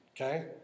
Okay